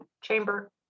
chamber